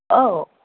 औ